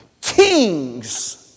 kings